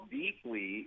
deeply